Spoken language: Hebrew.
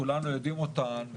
כולנו יודעים אותן,